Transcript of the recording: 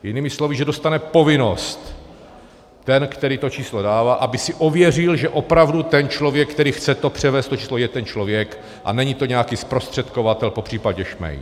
Jinými slovy, že dostane povinnost ten, který to číslo dává, aby si ověřil, že opravdu ten člověk, který to chce převést, je ten člověk a není to nějaký zprostředkovatel, popř. šmejd.